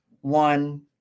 one